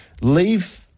leave –